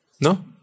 No